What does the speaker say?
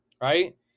right